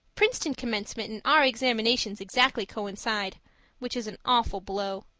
princeton commencement and our examinations exactly coincide which is an awful blow.